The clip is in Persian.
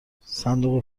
صندوق